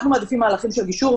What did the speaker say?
אנחנו מעדיפים מהלכים של גישור,